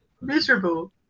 miserable